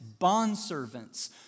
bondservants